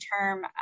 term